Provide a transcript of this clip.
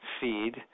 feed